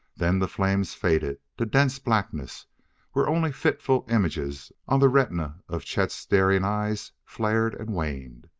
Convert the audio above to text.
then the flames faded to dense blackness where only fitful images on the retina of chet's staring eyes flared and waned,